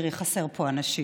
תראי, חסרים פה אנשים.